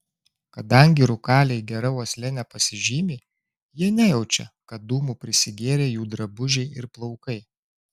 kadangi rūkaliai gera uosle nepasižymi jie nejaučia kad dūmų prisigėrę jų drabužiai ir plaukai